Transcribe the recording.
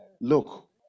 look